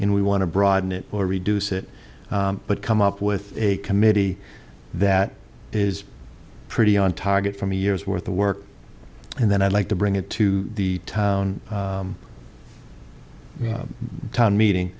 and we want to broaden it or reduce it but come up with a committee that is pretty on target from a year's worth of work and then i'd like to bring it to the town town meeting